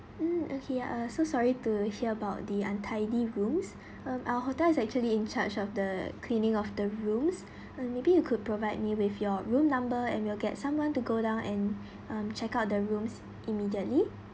mm okay uh so sorry to hear about the untidy rooms um our hotel is actually in charge of the cleaning of the rooms uh maybe you could provide me with your room number and will get someone to go down and um check out the rooms immediately